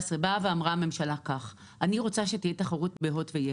הממשלה אמרה שהיא רוצה שתהיה תחרות בין הוט ו-יס